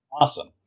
Awesome